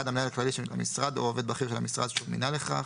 (1)המנהל הכללי של המשרד או עובד בכיר של המשרד שהוא מינה לכך,